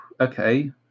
okay